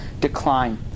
decline